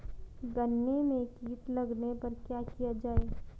गन्ने में कीट लगने पर क्या किया जाये?